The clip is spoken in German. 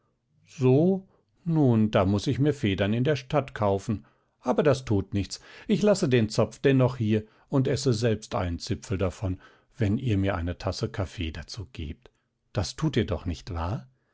so nun da muß ich mir federn in der stadt kaufen aber das tut nichts ich lasse den zopf dennoch hier und esse selbst einen zipfel davon wenn ihr mir eine tasse kaffee dazu gebt das tut ihr doch nicht wahr